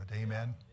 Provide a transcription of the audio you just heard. Amen